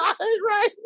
Right